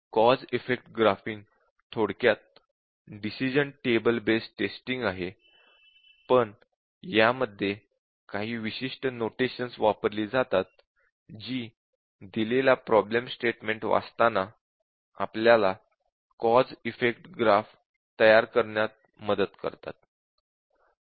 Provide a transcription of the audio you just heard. cause effect graphing थोडक्यात decision table based testing आहे पण यामध्ये काही विशिष्ट नोटेशन्स वापरली जातात जी दिलेला प्रॉब्लेम स्टेटमेंट वाचताना आपल्याला कॉझ इफेक्ट ग्राफ तयार करण्यात मदत करतात